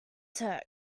torque